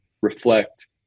reflect